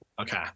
Okay